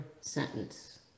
sentence